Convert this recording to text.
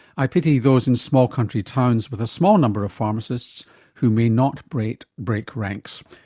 i pity those in small country towns with a small number of pharmacists who may not break break ranks.